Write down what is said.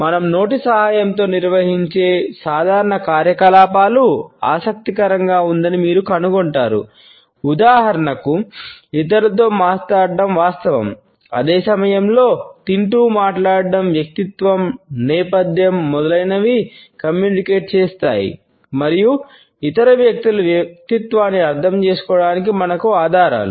మనం నోటి సహాయంతో నిర్వహించే సాధారణ కార్యకలాపాలు ఆసక్తికరంగా ఉందని మీరు కనుగొంటారు ఉదాహరణకు ఇతరులతో మాట్లాడడం వాస్తవం అదే సమయంలో తింటూ మాట్లాడటం వ్యక్తిత్వం నేపథ్యం మొదలైనవి కమ్యూనికేట్ చేస్తాయి మరియు ఇతర వ్యక్తుల వ్యక్తిత్వాన్ని అర్థం చేసుకోవడానికి మనకు ఆధారాలు